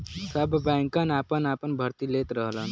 सब बैंकन आपन आपन भर्ती लेत रहलन